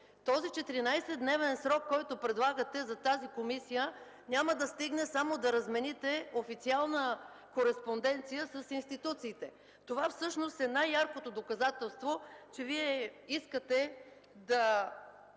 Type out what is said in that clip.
този 14-дневен срок, който предлагате за тази комисия, няма да стигне само да размените официална кореспонденция с институциите. Това всъщност е най-яркото доказателство, че Вие искате да